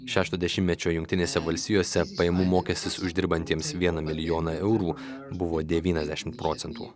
šešto dešimtmečio jungtinėse valstijose pajamų mokestis uždirbantiems vieną milijoną eurų buvo devyniasdešim procentų